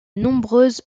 nombreuses